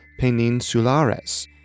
Peninsulares